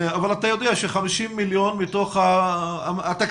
אבל אתה יודע ש-50 מיליון בתוך התקציב